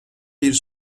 bir